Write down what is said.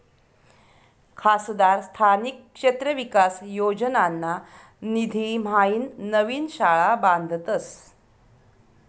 खासदार स्थानिक क्षेत्र विकास योजनाना निधीम्हाईन नवीन शाळा बांधतस